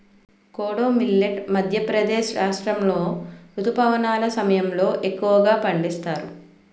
kodo millet Madhya Pradesh రాష్ట్రాములో రుతుపవనాల సమయంలో ఎక్కువగా పండిస్తారు